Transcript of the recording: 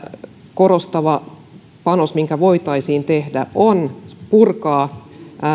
korostava panos mikä voitaisiin tehdä on purkaa